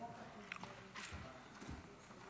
אדוני היושב-ראש,